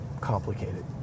complicated